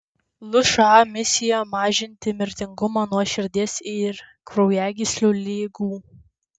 lša misija mažinti mirtingumą nuo širdies ir kraujagyslių ligų